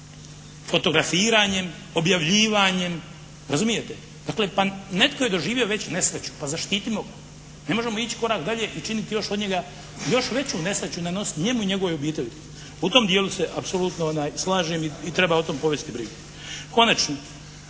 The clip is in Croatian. fotografiranjem, objavljivanjem, razumijete? Dakle, netko je doživio već nesreću, pa zaštitimo ga. Ne možemo ići korak dalje i činiti još od njega, još veću nesreću nanositi njemu i njegovoj obitelji. U tom djelu se apsolutno slažem i treba o tom povesti brigu. Konačno,